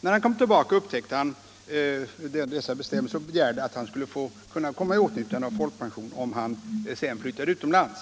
När han kom tillbaka upptäckte han att dessa bestämmelser fanns, och han begärde då att få komma i åtnjutande av folkpension om han sedan flyttade utomlands.